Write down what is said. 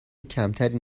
کمتری